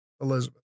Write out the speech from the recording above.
Elizabeth